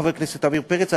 חבר הכנסת עמיר פרץ.